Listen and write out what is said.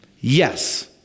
Yes